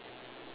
ya